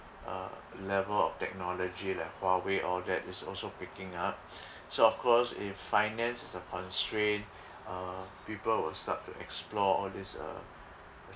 uh level of technology like huawei all that is also picking up so of course if finances are constraint uh people will start to explore all these uh